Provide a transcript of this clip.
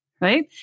right